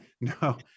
No